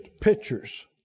pictures